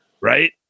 right